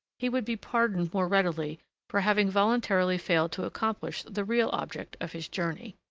he would be pardoned more readily for having voluntarily failed to accomplish the real object of his journey.